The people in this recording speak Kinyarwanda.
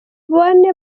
bane